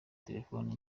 telephone